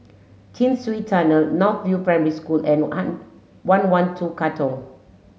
Chin Swee Tunnel North View Primary School and one one two Katong